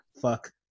fuck